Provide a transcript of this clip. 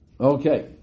Okay